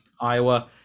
Iowa